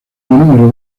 número